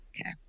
Okay